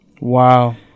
wow